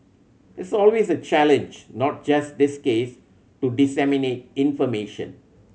it's always a challenge not just this case to disseminate information